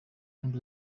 and